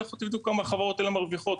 לכו תבדקו אם החברות האלה מרוויחות.